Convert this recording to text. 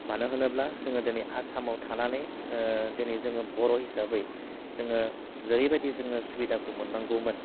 मानो होनोब्ला जोङो दिनै आसामाव थानानै दिनै जोङो बर' हिसाबै जोङो जेरैबायदि जोङो सुबिदाखौ मोन्नांगौमोन